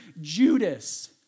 Judas